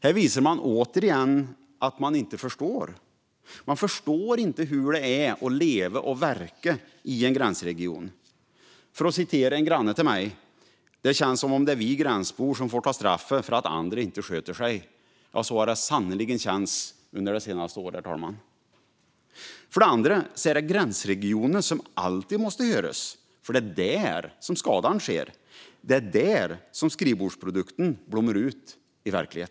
Här visar man återigen att man inte förstår. Man förstår inte hur det är att leva och verka i en gränsregion. Låt mig säga som en granne till mig: Det känns som om det är vi gränsbor som får ta straffet för att andra inte sköter sig. Ja, så har det sannerligen känts under det senaste året, herr talman. För det andra är det gränsregionerna som alltid måste höras, för det är där skadan sker. Det är där som skrivbordsprodukten blommar ut i verklighet.